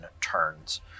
turns